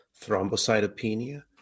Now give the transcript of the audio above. thrombocytopenia